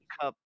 cup